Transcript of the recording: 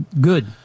good